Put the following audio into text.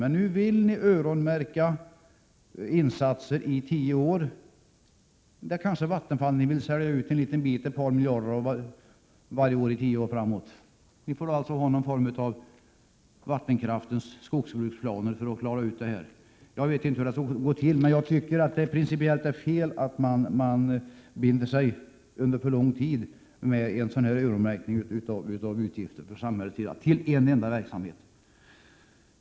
Men nu vill centern öronmärka insatser i tio år. Centern kanske vill sälja ut en bit av Vattenfall för ett par miljarder varje år tio år framåt. Vi får alltså ha något slags vattenkraftens skogsbruksplaner för att klara problemet. Jag vet inte hur det skall gå till, men jag tycker att det är principiellt felaktigt att staten för lång tid binder sig genom en öronmärkning av utgifterna för en enda verksamhet.